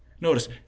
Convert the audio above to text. Notice